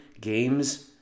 games